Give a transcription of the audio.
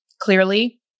clearly